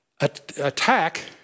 attack